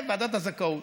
ועדת הזכאות.